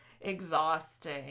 Exhausting